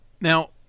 Now